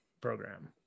program